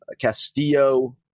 Castillo